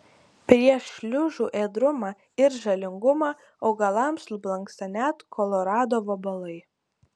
prieš šliužų ėdrumą ir žalingumą augalams nublanksta net kolorado vabalai